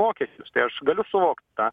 mokesčius tai aš galiu suvokt tą